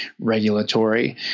regulatory